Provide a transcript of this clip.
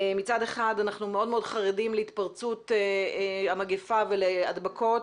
מצד אחד אנחנו מאוד-מאוד חרדים להתפרצות המגפה ולהדבקות,